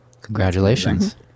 congratulations